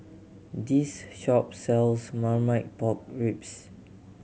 this shop sells Marmite Pork Ribs